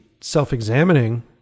self-examining